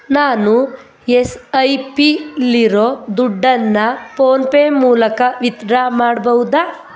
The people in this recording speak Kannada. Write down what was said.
ನಾನು ಎಸ್ ಐ ಪಿಲಿರೋ ದುಡ್ಡನ್ನು ಫೋನ್ಪೇ ಮೂಲಕ ವಿತ್ಡ್ರಾ ಮಾಡ್ಬೌದಾ